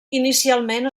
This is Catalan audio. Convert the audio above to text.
inicialment